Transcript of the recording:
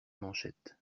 manchettes